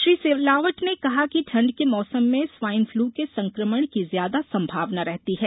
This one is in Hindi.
श्री सिलावट ने कहा कि ठण्ड के मौसम में स्वाइन फ्लू के संक्रमण की ज्यादा संभावना रहती है